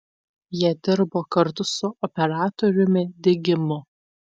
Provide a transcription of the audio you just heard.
jie dirbo kartu su operatoriumi digimu